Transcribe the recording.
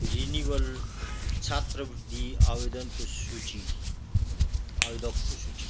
renewal छात्रवृद्धि आवेदनको सूची आवेदकको सूची